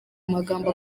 amagambo